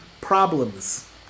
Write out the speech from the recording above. problems